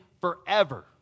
forever